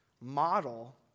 model